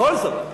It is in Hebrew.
בכל זאת,